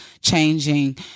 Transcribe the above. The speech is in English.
changing